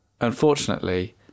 unfortunately